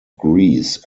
greece